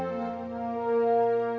so